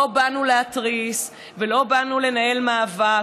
לא באנו להתריס ולא באנו לנהל מאבק.